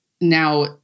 now